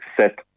set